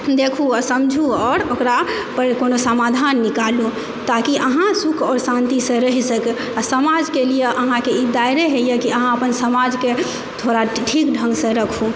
देखु आओर समझु ओकरा आओर ओकरा पर कोनो समाधान निकालु ताकि अहाँ सुख और शान्ति से रहि सकै आ समाजके लिए अहाँके ई दायरे होइया कि अहाँ अपन समाजके थोड़ा ठीक ढ़ंगसँ रखु